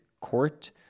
court